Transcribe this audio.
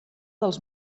dels